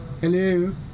Hello